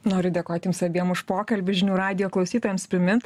noriu dėkot jums abiem už pokalbį žinių radijo klausytojams primint